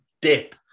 dip